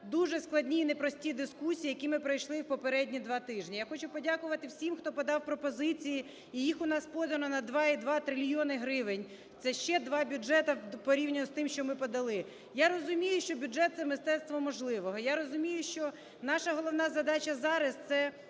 дуже складні і непрості дискусії, які ми пройшли в попередні два тижні. Я хочу подякувати всім, хто подав пропозиції, і їх у нас подано на 2,2 трильйони гривень. Це ще два бюджети порівняно з тим, що ми подали. Я розумію, що бюджет – це мистецтво можливого, я розумію, що наша головна задача зараз – це